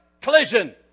Collision